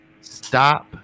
Stop